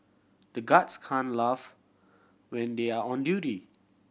the guards can laugh when they are on duty